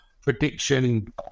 prediction